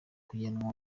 kujyanwa